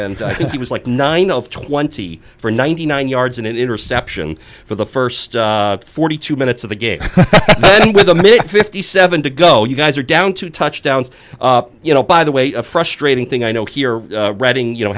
and he was like nine of twenty for ninety nine yards and interception for the first forty two minutes of the game with the me fifty seven to go you guys are down two touchdowns you know by the way a frustrating thing i know here reading you know